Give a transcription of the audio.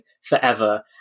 forever